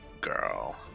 girl